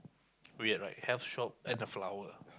weird right health shop and a flower